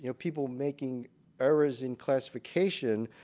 you know people making errors in classification,